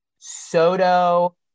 Soto